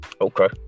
Okay